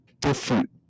different